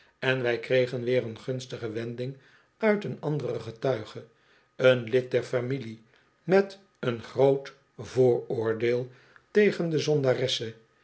en wij kregen weer een gunstige wending uit een anderen getuige een lid der familie met een groot vooroordeel tegen de zondaresse